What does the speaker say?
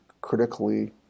critically